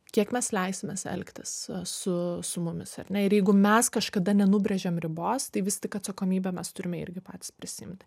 kiek mes leisimės elgtis su su mumis ar ne ir jeigu mes kažkada nenubrėžiam ribos tai vis tik atsakomybę mes turime irgi patys prisiimti